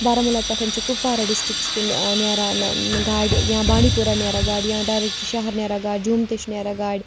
بارہمولہ پٮ۪ٹھ چھِ کُپوارہ ڈِسٹِرٛکَس کُن نیران گاڑِ یا بانٛڈی پورہ نیران گاڑِ یا ڈایرٮ۪کٹ شہر نیران گاڑِ جوٚم تہِ چھِ نیران گاڑِ